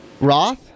Roth